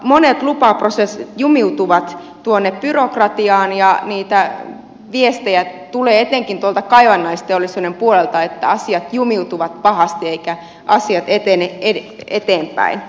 monet lupaprosessit jumiutuvat tuonne byrokratiaan ja viestejä tulee etenkin tuolta kaivannaisteollisuuden puolelta että asiat jumiutuvat pahasti eivätkä asiat etene eteenpäin